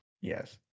Yes